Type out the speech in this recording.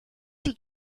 sie